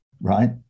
right